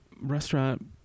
restaurant